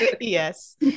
Yes